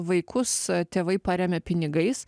vaikus tėvai paremia pinigais